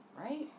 Right